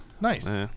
Nice